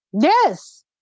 Yes